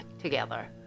together